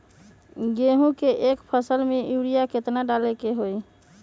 गेंहू के एक फसल में यूरिया केतना डाले के होई?